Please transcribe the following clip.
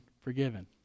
forgiven